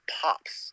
pops